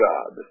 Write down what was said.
God